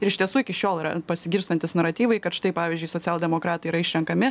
ir iš tiesų iki šiol yra pasigirstantys naratyvai kad štai pavyzdžiui socialdemokratai yra išrenkami